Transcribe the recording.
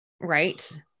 right